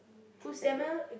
who's Samuel